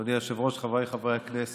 אדוני היושב-ראש, חבריי חברי הכנסת,